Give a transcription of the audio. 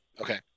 Okay